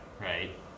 right